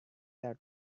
are